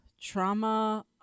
trauma